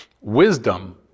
Wisdom